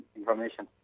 information